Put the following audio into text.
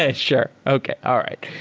ah sure. okay. all right.